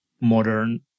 modern